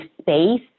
space